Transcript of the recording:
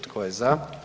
Tko je za?